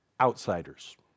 outsiders